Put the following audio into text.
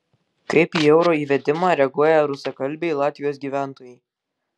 kaip į euro įvedimą reaguoja rusakalbiai latvijos gyventojai